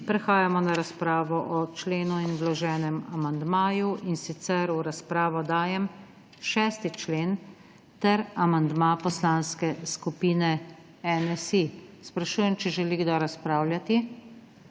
Prehajamo na razpravo o členu in vloženem amandmaju. V razpravo dajem 6. člen ter amandma Poslanske skupine Nsi. Sprašujem, če želi kdo razpravljati.